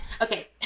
Okay